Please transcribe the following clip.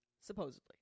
supposedly